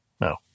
No